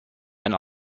and